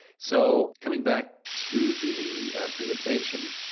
so coming back to the presentation,